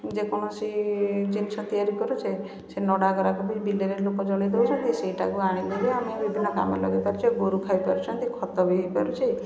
ଯେକୌଣସି ଜିନିଷ ତିଆରି କରୁଛେ ସେ ନଡ଼ାଗୁଡ଼ାକ ବି ବିଲରେ ଲୋକ ଜଳେଇ ଦେଉଛନ୍ତି ସେଇଟାକୁ ଆଣିକିରି ଆମେ ବିଭିନ୍ନ କାମରେ ଲଗେଇ ପାରୁଛୁ ଗୋରୁ ଖାଇ ପାରୁଛନ୍ତି ଖତ ବି ହେଇ ପାରୁଛି